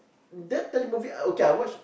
that tele movie okay I watched